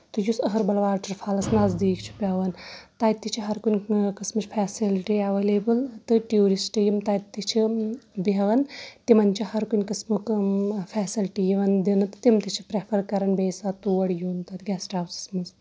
تہٕ یُس Aharbal waterfalls نَزدیٖک چھُ پیوان تَتہِ تہِ چھُ ہر کُنہِ قٕسمٕچ فیسلٹی ایویلیبٔل تہٕ ٹوٗرِسٹ یِم تَتہِ تہِ چھِ بیٚہون تِمن چھُ ہر کُنہِ قٕسمُک فیسلٹی یِون دِنہٕ تہٕ تِم تہِ چھِ پریفر کرن بیٚیہِ ساتہٕ اوڑ یُن اَتھ گیسٹہٕ ہاوسس منٛز